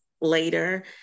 later